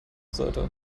sollte